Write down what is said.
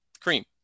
cream